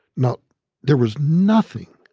not there was nothing,